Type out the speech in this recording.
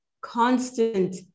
constant